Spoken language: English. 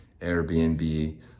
Airbnb